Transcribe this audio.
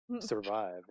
survive